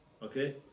Okay